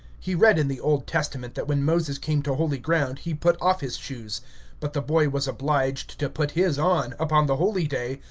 he read in the old testament that when moses came to holy ground, he put off his shoes but the boy was obliged to put his on, upon the holy day,